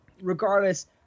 Regardless